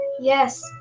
yes